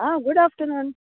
ah good afternoon